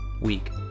week